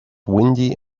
windy